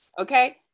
Okay